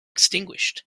extinguished